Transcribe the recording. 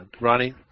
Ronnie